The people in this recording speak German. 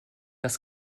das